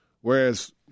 Whereas